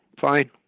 fine